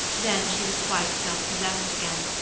then she was quite self-possessed again.